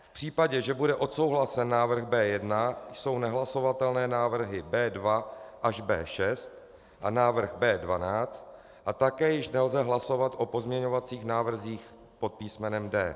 V případě, že bude odsouhlasen návrh B1, jsou nehlasovatelné návrhy B2 až B6 a návrh B12 a také již nelze hlasovat o pozměňovacích návrzích pod písmenem D.